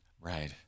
Right